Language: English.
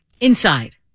Inside